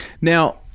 now